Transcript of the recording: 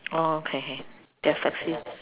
oh okay okay that's actually